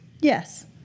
yes